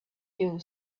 you